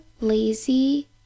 lazy